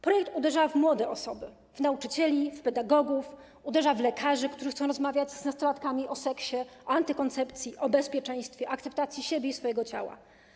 Projekt uderza w młode osoby, w nauczycieli, w pedagogów, uderza w lekarzy, którzy chcą rozmawiać z nastolatkami o seksie, o antykoncepcji, o bezpieczeństwie, akceptacji siebie i swojego ciała.